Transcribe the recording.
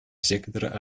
сектора